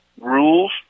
Rules